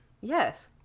Yes